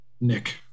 Nick